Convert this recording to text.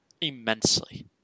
immensely